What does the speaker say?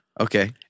okay